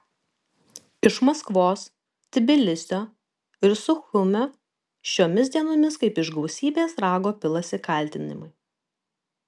iš maskvos tbilisio ir suchumio šiomis dienomis kaip iš gausybės rago pilasi kaltinimai